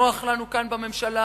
נוח לנו כאן בממשלה,